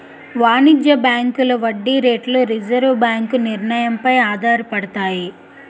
వాణిజ్య బ్యాంకుల వడ్డీ రేట్లు రిజర్వు బ్యాంకు నిర్ణయం పై ఆధారపడతాయి